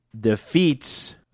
defeats